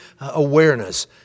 awareness